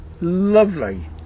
Lovely